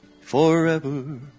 forever